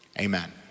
amen